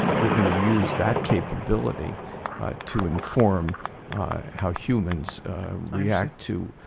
we're gonna use that capability to inform how humans react to